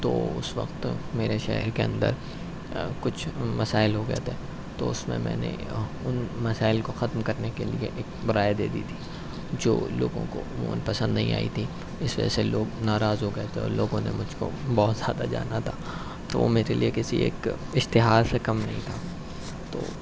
تو اس وقت میرے شہر کے اندر کچھ مسائل ہو گئے تھے تو اس میں میں نے ان مسائل کو ختم کرنے کے لیے ایک رائے دے دی تھی جو لوگوں کو عموما پسند نہیں آئی تھی اس وجہ سے لوگ ناراض ہوگئے تھے اور لوگوں نے مجھ کو بہت زیادہ جانا تھا تو وہ میرے لیے کسی ایک اشتہار سے کم نہیں تھا تو